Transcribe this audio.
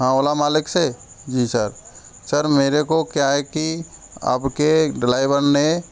हाँ ओला मालिक से जी सर सर मेरे को क्या है कि आपके डलाइवल ने